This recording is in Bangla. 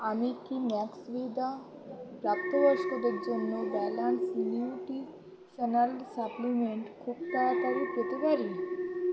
আমি কি ম্যাক্সভিদা প্রাপ্তবয়স্কদের জন্য ব্যালান্সড নিউট্রিশনাল সাপ্লিমেন্ট খুব তাড়াতাড়ি পেতে পারি